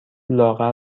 لاغر